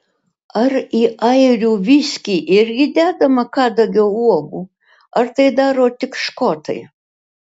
ar į airių viskį irgi dedama kadagio uogų ar tai daro tik škotai